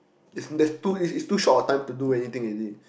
if these two is too short I'm to do anything in it